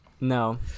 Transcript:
no